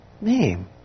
name